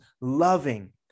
loving